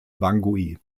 bangui